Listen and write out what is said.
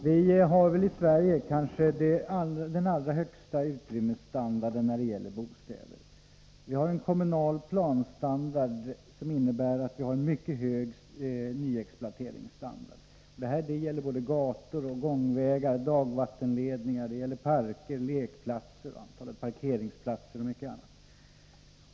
Herr talman! Vi har i Sverige den kanske allra högsta utrymmesstandarden när det gäller bostäder. Vi har en kommunal planstandard som innebär en mycket hög nyexploateringsstandard. Detta gäller gator, gångvägar, dagvattenledningar, parker, lekplatser, antalet parkeringsplatser och mycket annat.